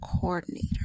coordinator